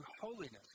holiness